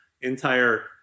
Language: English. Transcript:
entire